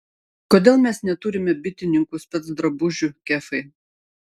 kodėl mes neturime bitininkų specdrabužių kefai